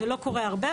זה לא קורה הרבה,